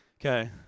Okay